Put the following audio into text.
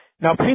Now